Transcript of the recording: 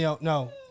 no